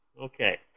Okay